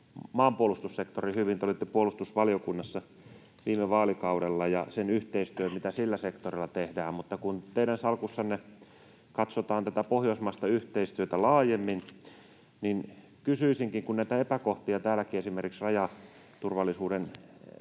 maanpuolustussektorin — te olitte puolustusvaliokunnassa viime vaalikaudella — ja sen yhteistyön, mitä sillä sektorilla tehdään. Mutta kun teidän salkussanne katsotaan tätä pohjoismaista yhteistyötä laajemmin ja kun näitä epäkohtia täälläkin esimerkiksi rajaturvallisuuden suhteen